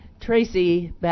Tracy